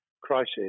crisis